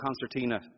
concertina